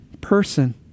person